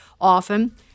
often